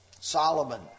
Solomon